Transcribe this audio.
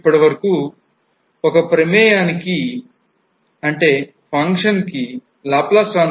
ఇప్పటివరకు ఒక ప్రమేయాని కి function కి Laplace transform కనుగొన్నాం